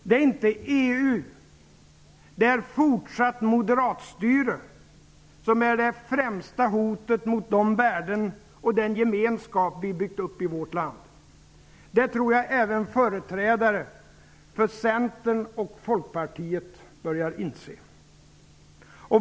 Det är inte EU, det är fortsatt moderatstyre, som är det främsta hotet mot de värden och den gemenskap som vi byggt upp i vårt land. Det tror jag även företrädare för Centern och Folkpartiet börjar inse.